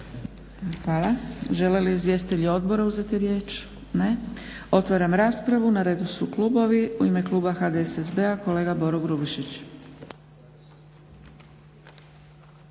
Hvala. Žele li izvjestitelji odbora uzeti riječ? Ne. Otvaram raspravu. Na redu su klubovi. U ime kluba HDSSB-a kolega Boro Grubišić.